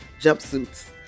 jumpsuits